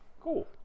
Cool